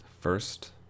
first